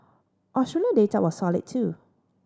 Australian data was solid too